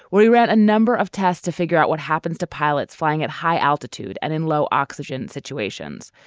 where he ran a number of tests to figure out what happens to pilots flying at high altitude and in low oxygen situations.